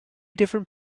different